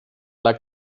like